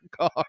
car